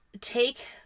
take